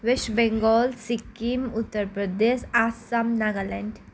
West Bengal Sikkim Uttar Pradesh Assam Nagaland